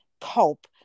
cope